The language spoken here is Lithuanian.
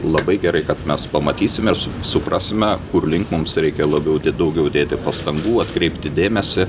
labai gerai kad mes pamatysime ir su suprasime kur link mums reikia labiau daugiau įdėti pastangų atkreipti dėmesį